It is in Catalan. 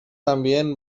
ambient